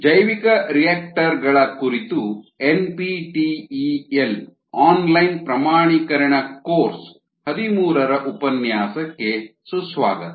ಜೈವಿಕರಿಯಾಕ್ಟರ್ ಗಳ ಕುರಿತು ಎನ್ಪಿಟಿಇಎಲ್ ಆನ್ಲೈನ್ ಪ್ರಮಾಣೀಕರಣ ಕೋರ್ಸ್ 13 ರ ಉಪನ್ಯಾಸಕ್ಕೆ ಸುಸ್ವಾಗತ